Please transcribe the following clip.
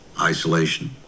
isolation